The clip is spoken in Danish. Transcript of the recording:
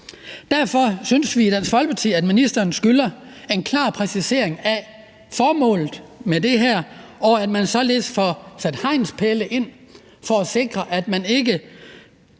Derfor synes vi i Dansk Folkeparti, at ministeren skylder en klar præcisering af formålet med det her, således at man får sat hegnspæle op for at sikre, at man ikke